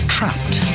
Trapped